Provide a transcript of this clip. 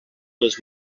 les